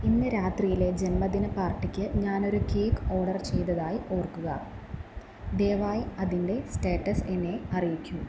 ഇന്ന് രാത്രിയിലെ ജന്മദിന പാർട്ടിക്ക് ഞാനൊരു കേക്ക് ഓർഡർ ചെയ്തതായി ഓർക്കുക ദയവായി അതിൻ്റെ സ്റ്റാറ്റസ് എന്നെ അറിയിക്കൂ